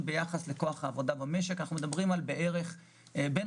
ביחס לכוח העבודה במשק אז מדובר על בין